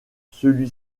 celui